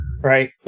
Right